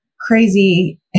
crazy